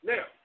Now